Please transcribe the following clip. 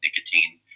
nicotine